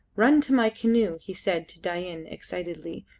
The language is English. run to my canoe, he said to dain excitedly,